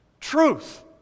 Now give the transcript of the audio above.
truth